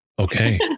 Okay